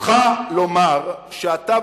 זכותך לומר שאתה,